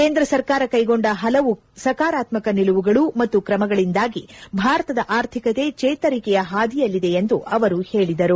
ಕೇಂದ್ರ ಸರ್ಕಾರ ಕೈಗೊಂಡ ಪಲವು ಸಕಾರಾತ್ಮಕ ನಿಲುವುಗಳು ಮತ್ತು ಕ್ರಮಗಳಿಂದಾಗಿ ಭಾರತದ ಅರ್ಥಿಕತೆ ಚೇತರಿಕೆಯ ಹಾದಿಯಲ್ಲಿದೆ ಎಂದು ಅವರು ಹೇಳಿದರು